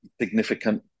significant